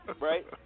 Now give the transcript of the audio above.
right